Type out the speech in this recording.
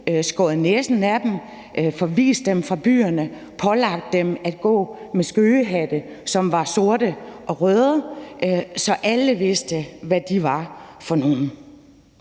skåret næsen af dem, forvist dem fra byerne og pålagt dem at gå med skøgehatte, som var sorte og røde, så alle vidste, hvad de var for nogle.